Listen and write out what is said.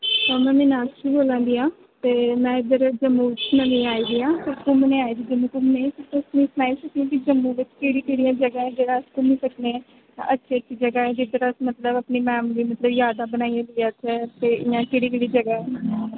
हां में मीनाक्षी बोलै दी आं ते में इद्धर जम्मू च नमी आई दियां आं घूमने आई दी आं गी जम्मू घुमने गी तुस मिगी सनाई सकदे के जम्मू बिच्च केह्ड़ियां केह्ड़ियां जगह न जेह्ड़ियां अस घूमी सकने आं अच्छी अच्छी जगह जित्थै मतलब अस अपनी मैमरी गी मतलब यादा बनाई लेई जाचै ते ऐसी केह्ड़ी केह्ड़ी जगह ऐ